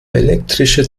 elektrische